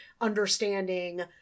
understanding